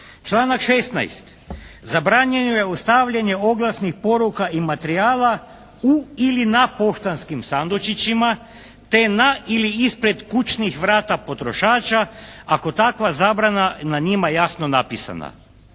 Članak 16. zabranjuje ostavljanje oglasnih poruka i materijala u ili na poštanskim sandučićima te na ili ispred kućnih vrata potrošača ako je takva zabrana na njima jasno napisana.